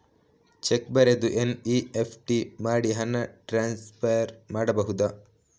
Check ಬರೆದು NEFT ಮಾಡಿ ಹಣ ಟ್ರಾನ್ಸ್ಫರ್ ಮಾಡಬಹುದು?